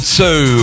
two